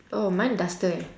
oh mine duster leh